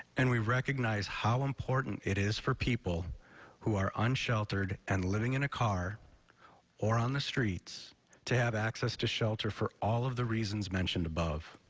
and we recognize how important it is for people who are unsheltered and living in a car or on the streets to have access to shelter for all of the reasons mentioned above.